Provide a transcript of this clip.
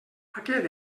aquest